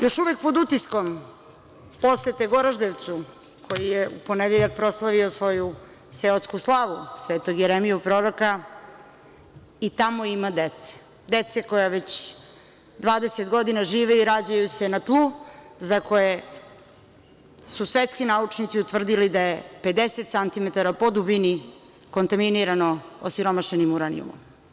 Još uvek pod utiskom posete Goraždevcu koji je u ponedeljak proslavio svoju seosku slavu, Svetog Jeremiju Proroka, i tamo ima dece, dece koja već 20 godina žive i rađaju se na tlu za koje su svetski naučnici utvrdili da je 50 santimetara po dubini kontaminirano osiromašenim uranijumom.